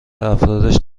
افرادش